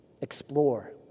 explore